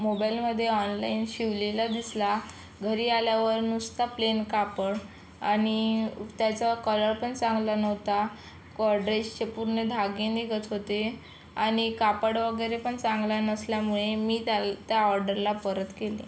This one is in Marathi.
मोबाइलमध्ये ऑनलाइन शिवलेला दिसला घरी आल्यावर नुसता प्लेन कापड आणि त्याचा कलरपण चांगला नव्हता को ड्रेसचे पूर्ण धागे निघत होते आणि कापड वगैरे पण चांगला नसल्यामुळे मी त्या त्या ऑर्डरला परत केले